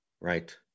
right